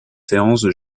séance